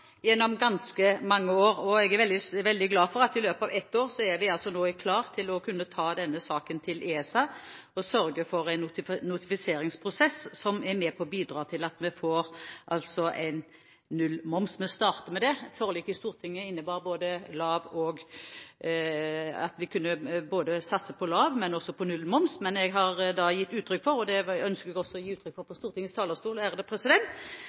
gjennom ganske mange år. Og jeg er veldig glad for at vi i løpet av et år er klare til å ta denne saken til ESA og sørge for en notifiseringsprosess, som er med på å bidra til at vi får nullmoms. Vi starter med det. Forliket i Stortinget innebar at vi kunne satse på både lav moms og nullmoms, men jeg har gitt uttrykk for – og det ønsker jeg også å gi uttrykk for fra Stortingets talerstol